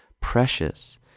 precious